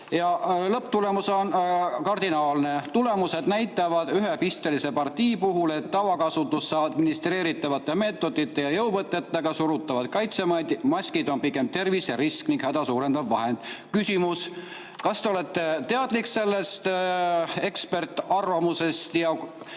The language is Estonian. Ja lõpptulemus on kardinaalne. Tulemused näitavad ühe pistelise partii puhul, et tavakasutusse administreeritavate meetodite ja jõuvõtetega surutavad kaitsemaskid on pigem terviserisk ning häda suurendav vahend. Küsimus: kas te olete teadlik sellest eksperdiarvamusest? Ja